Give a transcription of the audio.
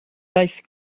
daeth